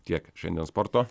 tiek šiandien sporto